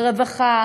ברווחה,